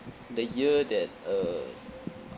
the year that uh